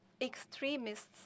extremists